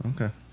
Okay